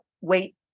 wait